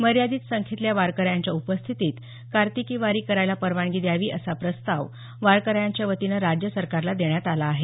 मर्यादित संख्येतल्या वारकऱ्यांच्या उपस्थितीत कार्तिकी वारी करायला परवानगी द्यावी असा प्रस्ताव वारकऱ्यांच्या वतीनं राज्य सरकारला देण्यात आला आहे